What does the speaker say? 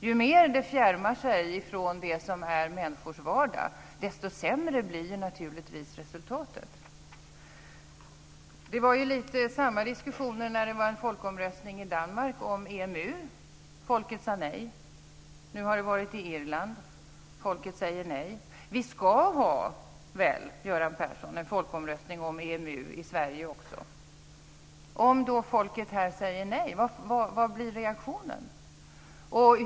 Ju mer det fjärmar sig från det som är människors vardag, desto sämre blir naturligtvis resultatet. Det var lite av samma diskussion när det var en folkomröstning i Danmark om EMU. Folket sade nej. Nu har det varit folkomröstning i Irland. Folket säger nej. Vi ska väl ha, Göran Persson, en folkomröstning om EMU i Sverige också? Om folket här säger nej, vad blir reaktionen?